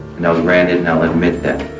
and i'll grant it, and i'll admit that.